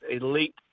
elite